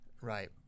Right